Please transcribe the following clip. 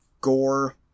gore